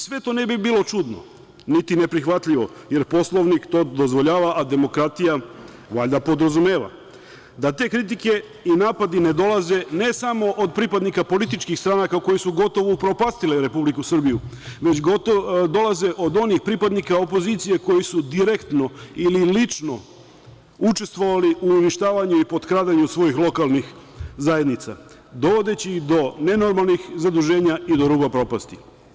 Sve to ne bi bilo čudno niti neprihvatljivo, jer Poslovnik to dozvoljava, a demokratija valjda podrazumeva, da te kritike i napadi ne dolaze ne samo od pripadnika političkih stranaka koje su gotovo upropastile Republiku Srbiju, već dolaze od onih pripadnika opozicije koji su direktno ili lično učestvovali u uništavanju i potkradanju svojih lokalnih zajednica, dovodeći ih do nenormalnih zaduženja i do ruba propasti.